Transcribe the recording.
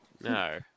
No